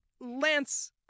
Lance